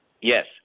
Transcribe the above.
Yes